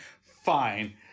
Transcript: Fine